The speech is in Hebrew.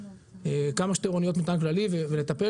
תקן אותי אם אני טועה כמה שיותר אניות מטען כללי ולטפל